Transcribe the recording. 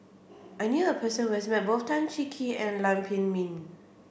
I knew a person who has met both Tan Cheng Kee and Lam Pin Min